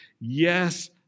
Yes